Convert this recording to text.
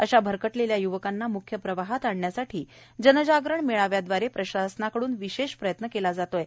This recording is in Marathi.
अशा भरकटलेल्या य्वकांना म्ख्य प्रवाहात आणण्यासाठी जनजागरण मेळाव्याव्दारे प्रशासनाकडून विशेष प्रयत्न केल्या जात आहेत